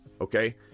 okay